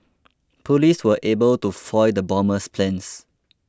police were able to foil the bomber's plans